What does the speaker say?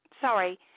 Sorry